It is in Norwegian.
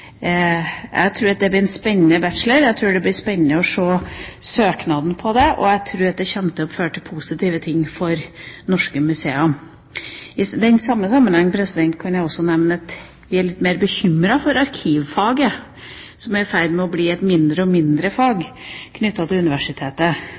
Jeg tror at det blir en spennende bachelor, og det blir spennende å se søknaden til faget, og jeg tror at det kommer til å føre til positive ting for norske museer. I den sammenheng kan jeg også nevne at vi er litt mer bekymret for arkivfaget, som er i ferd med å bli et mindre og mindre